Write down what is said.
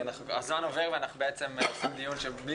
כי הזמן עובר ואנחנו עורכים דיון מבלי